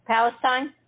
Palestine